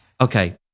Okay